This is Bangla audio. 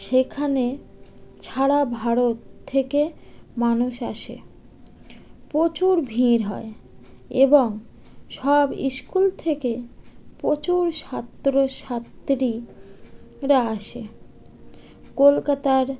সেখানে ছাড়া ভারত থেকে মানুষ আসে প্রচুর ভিড় হয় এবং সব স্কুল থেকে প্রচুর ছাত্র ছাত্রীরা আসে কলকাতার